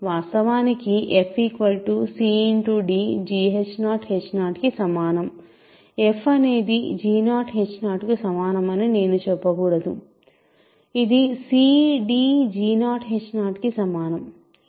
వాస్తవానికి f cd g0h0కి సమానం f అనేది g0h0 కు సమానమని నేను చెప్పకూడదు ఇది cdg0h0 కి సమానం